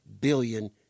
billion